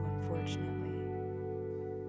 unfortunately